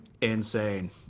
Insane